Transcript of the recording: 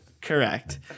correct